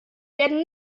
werden